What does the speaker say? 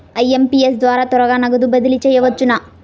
IMPS ద్వారా త్వరగా నగదు బదిలీ చేయవచ్చునా?